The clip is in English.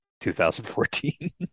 2014